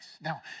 Now